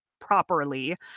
properly